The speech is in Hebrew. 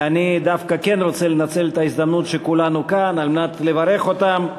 ואני דווקא כן רוצה לנצל את ההזדמנות שכולנו כאן על מנת לברך אותם.